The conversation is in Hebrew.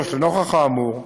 לנוכח האמור,